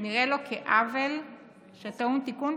נראה לו כעוול שטעון תיקון,